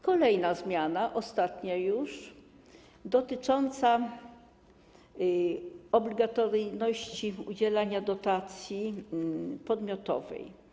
Kolejna zmiana, ostatnia już, dotyczy obligatoryjności udzielania dotacji podmiotowej.